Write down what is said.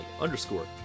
underscore